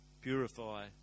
purify